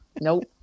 Nope